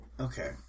Okay